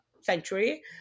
century